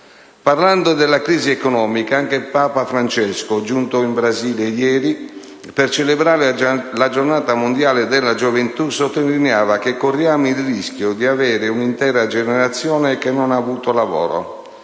Parlando della crisi economica, anche Papa Francesco, giunto in Brasile ieri per celebrare la Giornata mondiale della gioventù, sottolineava che corriamo il rischio di avere un'intera generazione che non ha avuto lavoro